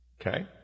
Okay